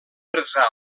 resar